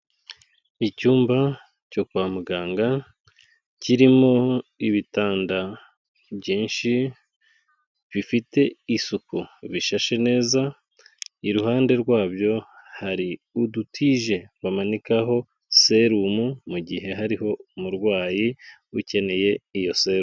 Icyumba cyo kwa muganga kirimo ibitanda byinshi bifite isuku bishashe neza, iruhande rwabyo hari udutije bamanikaho serumu mu gihe hariho umurwayi ukeneye iyo serumu.